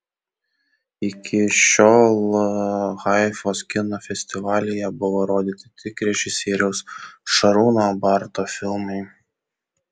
iki šiol haifos kino festivalyje buvo rodyti tik režisieriaus šarūno barto filmai